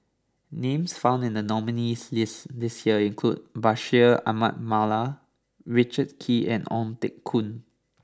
names found in the nominees' list this year include Bashir Ahmad Mallal Richard Kee and Ong Teng Koon